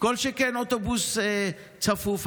כל שכן אוטובוס צפוף.